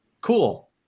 Cool